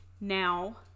now